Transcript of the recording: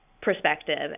perspective